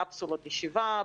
קפסולות ישיבה,